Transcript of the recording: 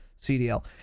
CDL